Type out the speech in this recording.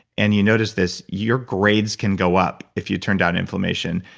and you notice this, your grades can go up if you turn down inflammation.